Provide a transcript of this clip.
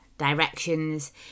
directions